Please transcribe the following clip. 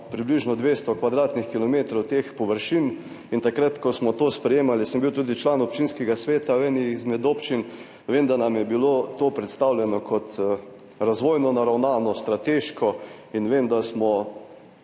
približno 200 kvadratnih kilometrov teh površin. In takrat, ko smo to sprejemali, sem bil tudi član občinskega sveta v eni izmed občin. Vem, da nam je bilo to predstavljeno kot razvojno naravnano, strateško in vem, da smo